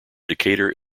decatur